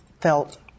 felt